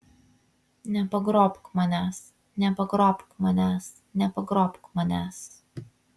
nepagrobk manęs nepagrobk manęs nepagrobk manęs